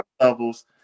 levels